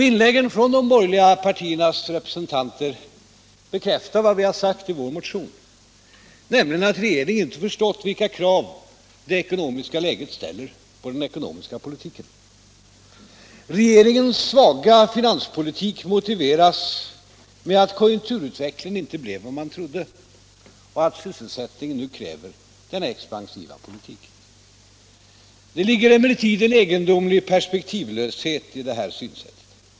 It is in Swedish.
Inläggen från de borgerliga partiernas representanter bekräftar vad vi har sagt i vår motion, nämligen att regeringen inte förstått vilka krav läget ställer på den ekonomiska politiken. Regeringens svaga finanspolitik motiveras med att konjunkturutvecklingen inte blev vad man trodde och att sysselsättningen nu kräver denna expansiva politik. Det ligger emellertid en egendomlig perspektivlöshet i det här synsättet.